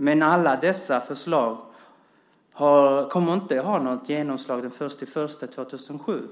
Inget av dessa förslag kommer att ha något genomslag den 1 januari 2007.